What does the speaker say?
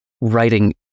writing